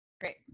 Great